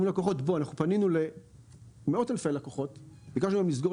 אנחנו פנינו למאות אלפי לקוחות, ביקשנו מהם לסגור.